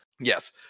Yes